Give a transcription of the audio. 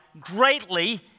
greatly